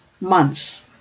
months